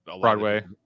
Broadway